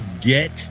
get